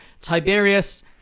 tiberius